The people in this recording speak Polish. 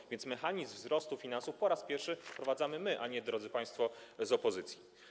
Tak więc mechanizm wzrostu finansów po raz pierwszy wprowadzamy my, a nie drodzy państwo z opozycji.